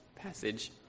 Passage